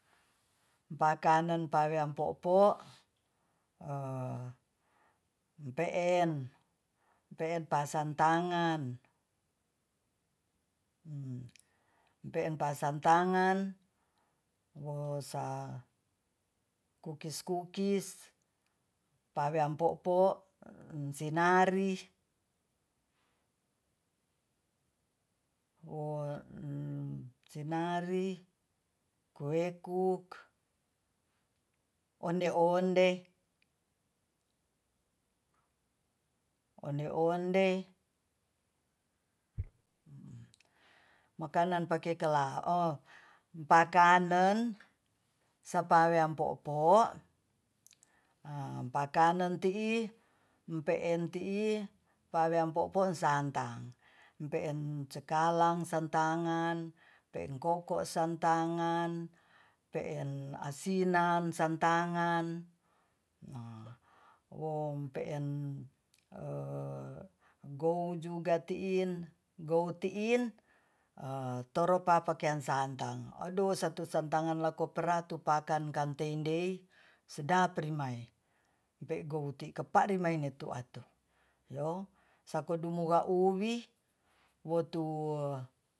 bakanen pawean po'po empeen pasan tangan peen pasan tangan mosa kukis-kukis pawean po'po sinari sinari kuekuk onde-onde onde-onde makanan pake kelao pakanen sapawean po'po pakanen tii empeen tii pawean po'po santan empeen cekalang santangan peng ko'ko santangan peen asinan santangan gowu juga tiin gowu tiin toropa pakean santan ado satu santangan lakopera tu pakan kantendei sedap rimai empe gowu ti'kepa rimaine tuaatu yo sako dumuga uwi wotu